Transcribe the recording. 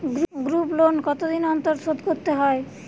Group loan কতদিন অন্তর শোধকরতে হয়?